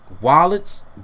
wallets